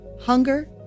hunger